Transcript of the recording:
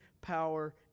power